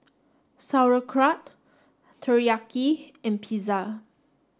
Sauerkraut Teriyaki and Pizza